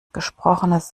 gesprochenes